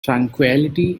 tranquillity